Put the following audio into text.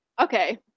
okay